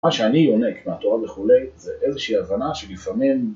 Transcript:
מה שאני עונק מהתורה וכולי זה איזושהי הבנה שבפעמים